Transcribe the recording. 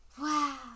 Wow